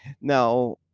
Now